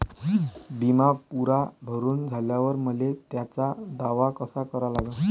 बिमा पुरा भरून झाल्यावर मले त्याचा दावा कसा करा लागन?